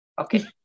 Okay